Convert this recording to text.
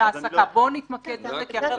בואו נתמקד בהם, כי אחרת